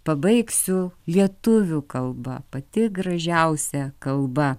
pabaigsiu lietuvių kalba pati gražiausia kalba